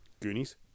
Goonies